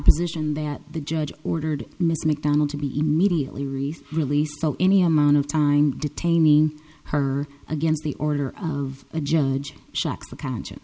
position that the judge ordered mr macdonald to be immediately released released any amount of time detaining her against the order of a judge shocks the conscience